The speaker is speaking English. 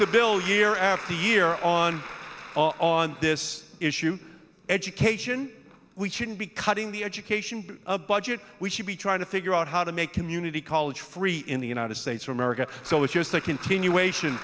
a bill year after year on on this issue education we shouldn't be cutting the education budget we should be trying to figure out how to make community college free in the united states of america so it's just a continuation